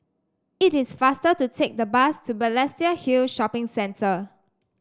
it is faster to take the bus to Balestier Hill Shopping Centre